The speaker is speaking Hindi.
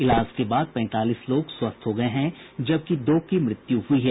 इलाज के बाद पैंतालीस लोग स्वस्थ हो गये हैं जबकि दो की मृत्यु हुई है